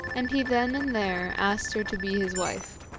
and he then and there asked her to be his wife.